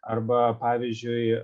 arba pavyzdžiui